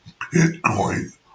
Bitcoin